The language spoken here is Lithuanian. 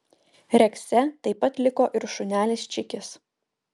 rekse taip pat liko ir šunelis čikis